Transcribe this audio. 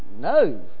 no